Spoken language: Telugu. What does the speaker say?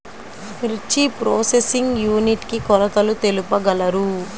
మిర్చి ప్రోసెసింగ్ యూనిట్ కి కొలతలు తెలుపగలరు?